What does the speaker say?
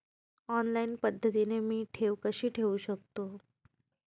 Online पद्धतीने मी ठेव कशी ठेवू शकतो?